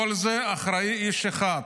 לכל זה אחראי איש אחד,